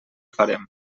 farem